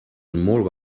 molt